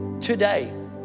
today